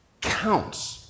counts